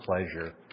pleasure